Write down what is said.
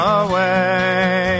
away